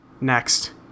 next